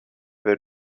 their